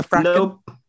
Nope